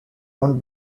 owned